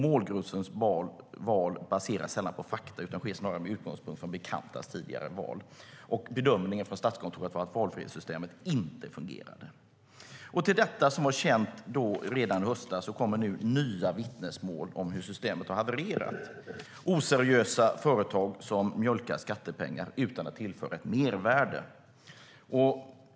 Målgruppens val baseras sällan på fakta utan sker snarare med utgångspunkt från bekantas tidigare val. Statskontorets bedömning var att valfrihetssystemet inte fungerade. Till detta, som var känt redan i höstas, kommer nu nya vittnesmål om hur systemet har havererat. Oseriösa företag mjölkar skattepengar utan att tillföra ett mervärde.